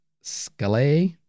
scale